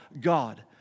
God